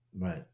Right